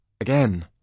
Again